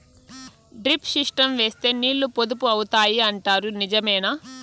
Drip system వేస్తే నీళ్లు పొదుపు అవుతాయి అంటారు నిజమేనా?